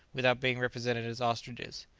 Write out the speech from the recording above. without being represented as ostriches.